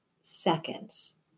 seconds